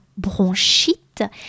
bronchite